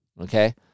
Okay